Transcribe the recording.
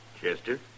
Chester